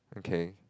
okay